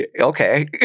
Okay